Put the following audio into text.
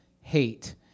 hate